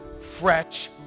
fresh